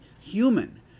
human